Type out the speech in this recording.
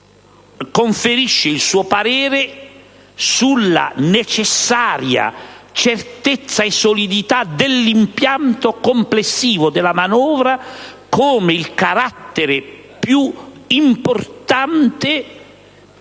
Governo il suo parere sulla necessaria certezza e solidità dell'impianto complessivo della manovra come il carattere più importante per